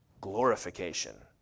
glorification